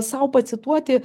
sau pacituoti